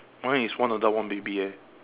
mine is one adult one baby eh